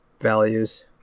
values